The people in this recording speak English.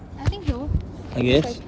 I think so looks like it